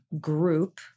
group